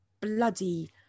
bloody